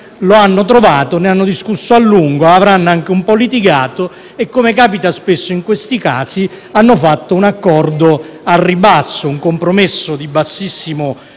l'hanno trovato, ne hanno discusso a lungo, avranno anche un po' litigato e - come capita spesso in questi casi - hanno fatto un accordo al ribasso, un compromesso di bassissimo